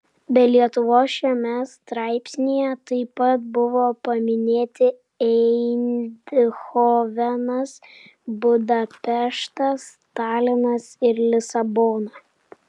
be lietuvos šiame straipsnyje taip pat buvo paminėti eindhovenas budapeštas talinas ir lisabona